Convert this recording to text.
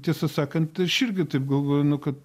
tiesą sakant aš irgi taip galvoju nu kad